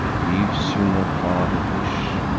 leaves you no farther wish.